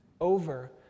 over